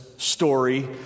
Story